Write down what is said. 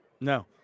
No